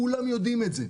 כולם יודעים את זה.